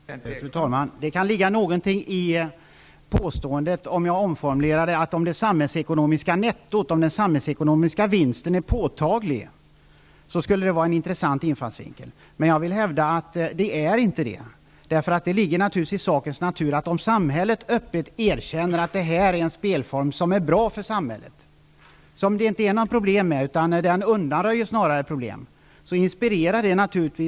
Fru talman! Det kan ligga någonting i det påståendet om jag omformulerar det och säger att om det samhällsekonomiska nettot, den samhällsekonomiska vinsten är påtaglig, skulle det vara en intressant infallsvinkel. Jag vill dock hävda att det inte är det. Det ligger i sakens natur att om samhället öppet erkänner att detta är en spelform som är bra för samhället, då inspirerar det många människor att försöka spela illegalt, både i storstäder och på andra orter.